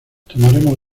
tomaremos